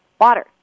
Water